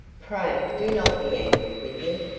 pray do not be angry with me.